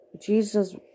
Jesus